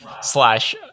Slash